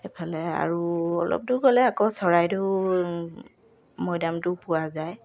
এইফালে আৰু অলপদূৰ গ'লে আকৌ চৰাইদেউ মৈদামটো পোৱা যায়